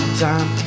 time